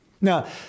Now